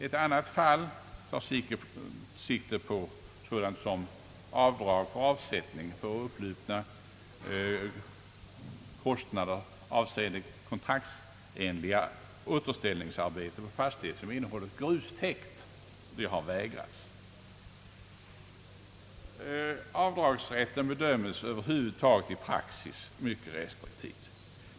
Ett annat fall tar sikte på avdrag för avsättning för upplupna kostnader avseende kontraktsenliga återställningsarbeten på fastigheter som innehåller grustäkt. Dessa avdrag har vägrats. Avdragsrätten bedömes över huvud taget i praxis såsom mycket restriktiv.